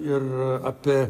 ir apie